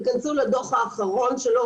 תיכנסו לדוח האחרון שלו,